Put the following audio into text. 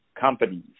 companies